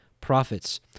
prophets